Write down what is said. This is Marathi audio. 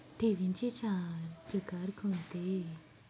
ठेवींचे चार प्रकार कोणते?